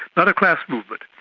not a class movement.